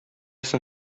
соң